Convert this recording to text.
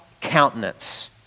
countenance